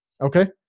Okay